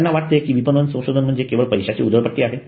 त्यांना वाटते की विपणन संशोधन म्हणजे केवळ पैशाची उधळपट्टी आहे